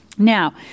Now